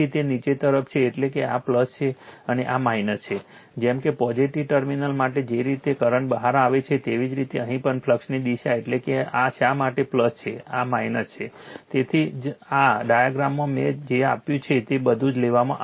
તેથી તે નીચે તરફ છે એટલે આ છે અને આ છે જેમ કે પોઝિટિવ ટર્મિનલ માટે જે રીતે કરંટ બહાર આવે છે તેવી રીતે અહીં પણ ફ્લક્સની દિશા એટલે કે આ શા માટે છે આ છે તેથી જ આ ડાયગ્રામમાં મેં જે આપ્યું છે તે બધું જ લેવામાં આવ્યું છે